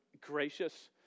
gracious